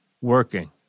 working